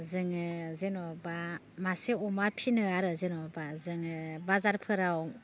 जोङो जेनेबा मासे अमा फिसिनो आरो जेनेबा जोङो बाजारफोराव